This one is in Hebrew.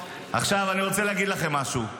עכשיו אני רוצה להגיד לכם משהו,